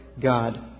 God